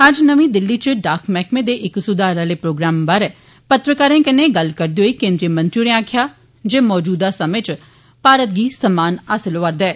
अज्ज नमीं दिल्ली च डाक मैहकमे दे इक सुधार आले प्रोग्राम बाहरे पत्रकारें कन्नै गल्ल करदे केन्द्रीय मंत्री होरें आक्खेआ जे मौजूदा समें च भारत गी सम्मान हासल होआ'रदा ऐ